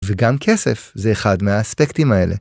‫וגם כסף זה אחד מהאספקטים האלה.